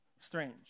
strange